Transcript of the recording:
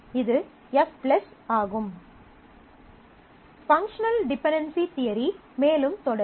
பார்க்கவும் ஸ்லைடு நேரம் 3100 functional dependency theory மேலும் தொடரும்